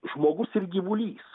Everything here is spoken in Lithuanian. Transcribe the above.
žmogus ir gyvulys